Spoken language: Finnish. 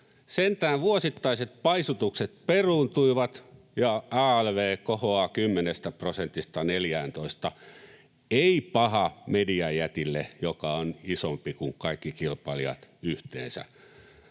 Sentään vuosittaiset paisutukset peruuntuivat, ja alv kohoaa 10 prosentista 14:ään — ei paha mediajätille, joka on isompi kuin kaikki kilpailijat yhteensä.